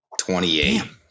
28